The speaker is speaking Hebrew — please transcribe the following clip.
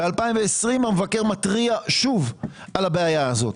ב-2020 המבקר מתריע שוב על הבעיה הזו,